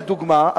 לדוגמה,